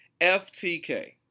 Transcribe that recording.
FTK